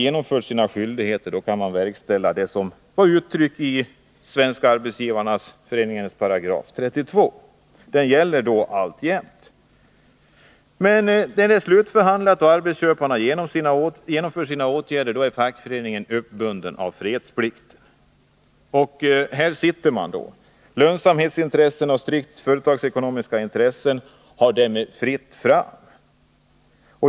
De har fullgjort sina skyldigheter, och då kan de verkställa det som uttrycktes i Svenska arbetsgivareföreningens § 32. Den paragrafen gäller då alltjämt. Men då det är slutförhandlat och arbetsköparna har genomfört sina åtgärder är fackföreningen bunden av fredsplikten. Och här sitter man då. Lönsamhetsintressen och strikt företagsekonomiska intressen har därmed fritt fram.